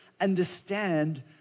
understand